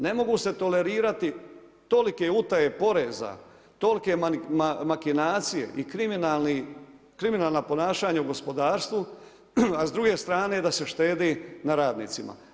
Ne mogu se tolerirati tolike utaje poreza, tolike makinacije i kriminalna ponašanja u gospodarstvu a s druge strane da se štedi na radnicima.